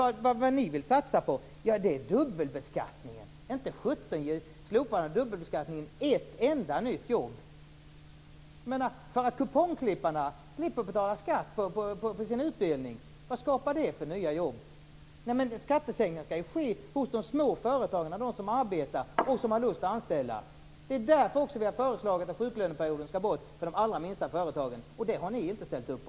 Det ni vill satsa på är att slopa dubbelbeskattningen. Inte sjutton skapar det ett enda nytt jobb! Att kupongklipparna slipper att betala skatt på sina utdelningar, vad skapar det för nya jobb? Skattesänkningen skall ju ske hos de små företagen, de som arbetar och har lust att anställa. Det är därför som vi har föreslagit att man skall ta bort sjuklöneperioden för de allra minsta företagen, men det har ni inte ställt upp på.